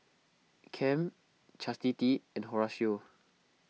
Kem Chastity and Horatio